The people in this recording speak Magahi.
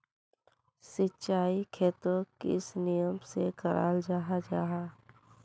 सिंचाई खेतोक किस नियम से कराल जाहा जाहा?